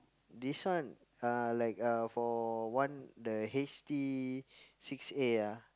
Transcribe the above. this one uh like uh for one the H_T-six-A ah